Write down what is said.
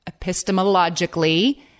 epistemologically